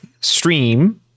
stream